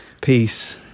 peace